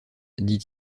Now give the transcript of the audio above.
dit